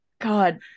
God